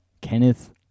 Kenneth